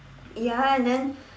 ya and then